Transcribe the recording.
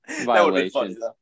Violation